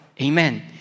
Amen